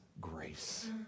grace